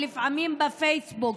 לפעמים בפייסבוק,